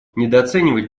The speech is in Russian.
недооценивать